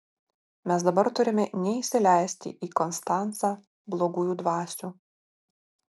mes dabar turime neįsileisti į konstancą blogųjų dvasių